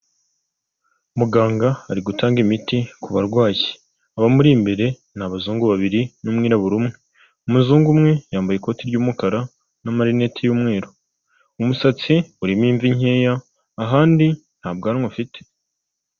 Muganga ari gutanga imiti ku barwayi, abamuri imbere ni abazungu babiri n'umwirabura umwe, umuzungu umwe yambaye ikoti ry'umukara n'amarinete y'umweru, umusatsi urimo imvi nkeya, ahandi nta bwanwa ufite.